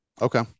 okay